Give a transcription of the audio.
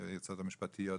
היועצות המשפטיות,